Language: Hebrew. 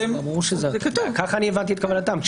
כך אני הבנתי את כוונתם.